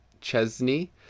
Chesney